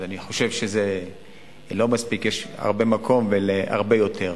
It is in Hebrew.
אני חושב שיש הרבה מקום להרבה יותר.